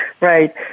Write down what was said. Right